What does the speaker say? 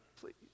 Please